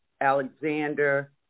Alexander